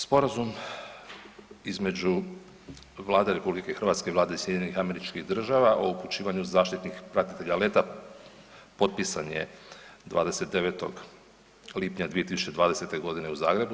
Sporazum između Vlade RH i Vlade SAD-a o upućivanju zaštitnih pratitelja leta potpisan je 29. lipnja 2020.g. u Zagrebu.